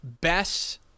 best